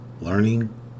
learning